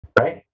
right